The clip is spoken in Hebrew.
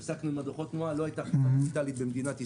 והפסקנו עם דוחות התנועה כי לא הייתה אכיפה דיגיטלית במדינת ישראל.